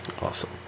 Awesome